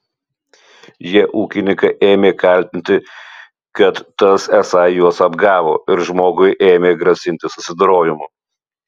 jie ūkininką ėmė kaltinti kad tas esą juos apgavo ir žmogui ėmė grasinti susidorojimu